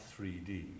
3D